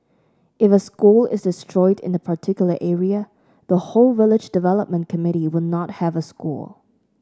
if a school is destroyed in a particular area the whole village development committee will not have a school